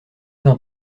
vint